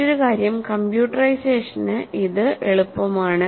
മറ്റൊരു കാര്യം കമ്പ്യൂട്ടറൈസേഷന് ഇത് എളുപ്പമാണ്